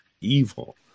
evil